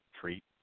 treat